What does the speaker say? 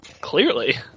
Clearly